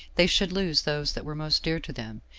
they should lose those that were most dear to them,